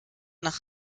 nach